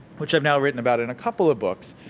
which i've now written about in a couple of books,